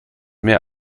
mehr